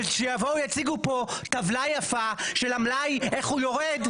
ושיבואו יציגו פה טבלה יפה של המלאי איך הוא יורד,